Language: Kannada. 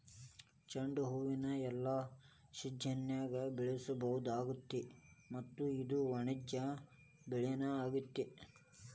ಚಂಡುಹೂನ ಎಲ್ಲಾ ಸಿಜನ್ಯಾಗು ಬೆಳಿಸಬಹುದಾಗೇತಿ ಮತ್ತ ಇದು ವಾಣಿಜ್ಯ ಬೆಳಿನೂ ಆಗೇತಿ